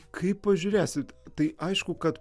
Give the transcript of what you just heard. kaip pažiūrėsit tai aišku kad